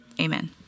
amen